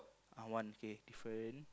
ah one okay different